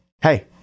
hey